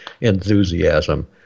enthusiasm